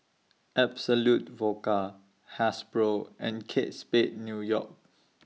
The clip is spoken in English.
Absolut Vodka Hasbro and Kate Spade New York